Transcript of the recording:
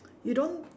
you don't